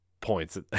points